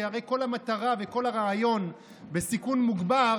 כי הרי כל המטרה וכל הרעיון בסיכון מוגבר